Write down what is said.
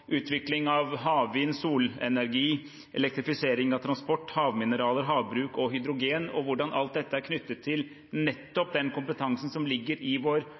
utvikling av havvind, solenergi, elektrifisering av transport, havmineraler, havbruk og hydrogen og hvordan alt dette er knyttet til nettopp den kompetansen som ligger i vår